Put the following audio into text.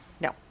No